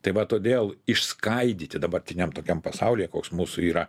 tai va todėl išskaidyti dabartiniam tokiam pasaulyje koks mūsų yra